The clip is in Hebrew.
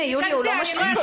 הוא לא משתיק אותך.